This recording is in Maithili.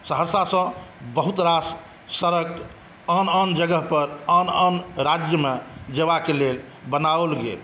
सहरसासॅं बहुत रास सड़क आन आन जगह पर आन आन राज्यमे जेबाक लेल बनाओल गेल